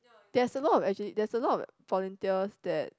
there's a lot of actually there's a lot of volunteers that